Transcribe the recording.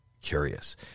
curious